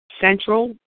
Central